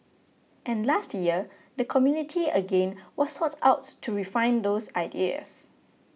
and last year the community again was sought out to refine those ideas